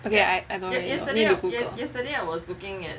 okay I don't really know I need to Google